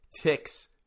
ticks